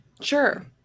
Sure